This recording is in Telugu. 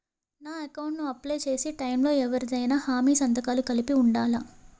నా అకౌంట్ ను అప్లై చేసి టైం లో ఎవరిదైనా హామీ సంతకాలు కలిపి ఉండలా?